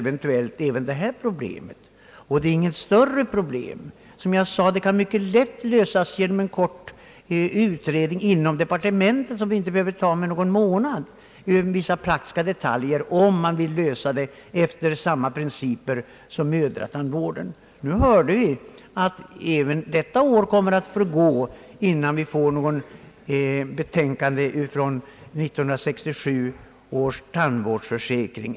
Det är dessutom inget större problem, utan kan, som jag redan sagt, mycket lätt lösas genom en kort kompletterande utredning inom departementet, en utredning som inte behöver ta mer än någon månad. Det gäller endast vissa praktiska detaljer, om man vill lösa problemet efter samma principer som mödratandvården. Vi hörde nyss att även detta år kommer att gå, innan vi får något betänkande från 1967 års folktandvårdsutredning.